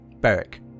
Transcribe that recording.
Beric